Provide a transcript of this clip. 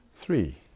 three